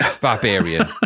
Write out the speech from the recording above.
barbarian